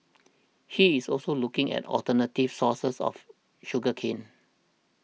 he is also looking at alternative sources of sugar cane